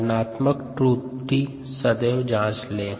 गणनात्मक त्रुटि सदैव जाँच लें